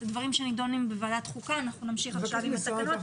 משפחות בהן היו אולי מאומתים,